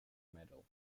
medal